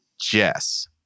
Jess